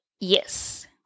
yes